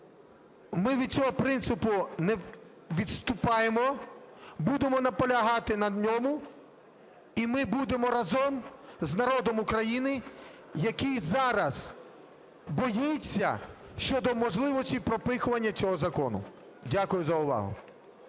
ми від цього принципу не відступаємо, будемо наполягати на ньому, і ми будемо разом з народом України, який зараз боїться щодо можливості пропихування цього закону. Дякую за увагу.